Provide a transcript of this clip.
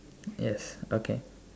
yes okay